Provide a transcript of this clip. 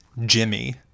jimmy